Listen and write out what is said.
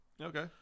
Okay